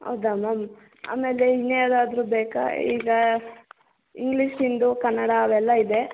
ಹೌದಾ ಮ್ಯಾಮ್ ಆಮೇಲೆ ಇನ್ನು ಯಾವ್ದಾದರೂ ಬೇಕಾ ಈಗ ಇಂಗ್ಲೀಷಿಂದು ಕನ್ನಡ ಅವೆಲ್ಲ ಇದೆ